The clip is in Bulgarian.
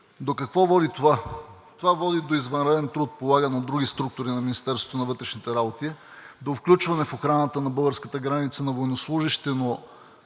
До какво води това? Това води до извънреден труд, полаган от други структури на Министерството на вътрешните работи, до включване в охраната на българската граница на военнослужещите, но